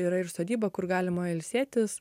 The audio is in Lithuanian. yra ir sodyba kur galima ilsėtis